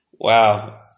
Wow